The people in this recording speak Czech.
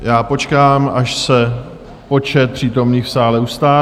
Já počkám, až se počet přítomných v sále ustálí.